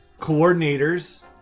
coordinators